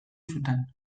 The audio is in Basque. zuten